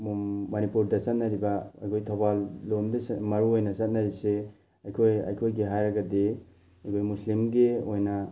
ꯃꯅꯤꯄꯨꯔꯗ ꯆꯠꯅꯔꯤꯕ ꯑꯩꯈꯣꯏ ꯊꯧꯕꯥꯜ ꯂꯣꯝꯗ ꯃꯔꯨ ꯑꯣꯏꯅ ꯆꯠꯅꯔꯤꯁꯦ ꯑꯩꯈꯣꯏ ꯑꯩꯈꯣꯏꯒꯤ ꯍꯥꯏꯔꯒꯗꯤ ꯑꯩꯈꯣꯏꯒꯤ ꯃꯨꯁꯂꯤꯝꯒꯤ ꯑꯣꯏꯅ